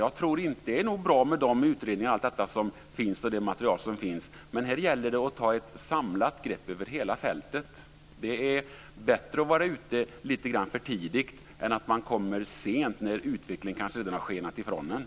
Det är nog bra med allt det material som finns, men det gäller här att ta ett samlat grepp över hela fältet. Det är bättre att vara ute lite grann för tidigt än att komma sent, när utvecklingen kanske har skenat ifrån oss.